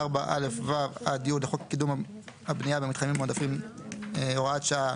4א(ו) עד (י) לחוק לקידום הבנייה במתחמים מועדפים (הוראת שעה),